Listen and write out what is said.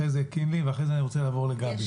אחרי כן קינלי ואחרי זה אני רוצה לעבור לגבי.